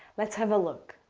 let's have a look.